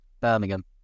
Birmingham